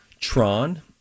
Tron